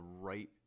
right